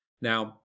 Now